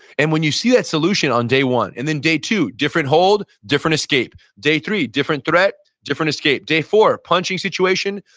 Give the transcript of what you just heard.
and when you see that solution on day one and then day two different hold, different escape, day three, different threat, different escape, day four punching situation,